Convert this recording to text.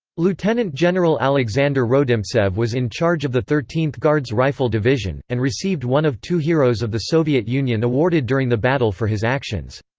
lieutenant general alexander rodimtsev was in charge of the thirteenth guards rifle division, and received one of two heroes of the soviet union awarded during the battle for his actions.